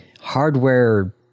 hardware